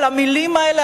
המלים האלה,